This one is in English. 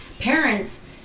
Parents